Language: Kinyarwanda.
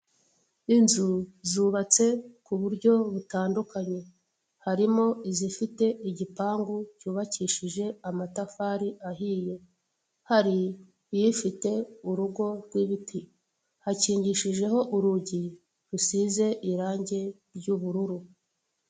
Inzu zubatse kuburyo butandukanye harimo izifite igipangu cyubakishije amatafari ahiye, hari ifite urugo rw'ibiti hakingishijeho urugi rusize irange ry'ubururu.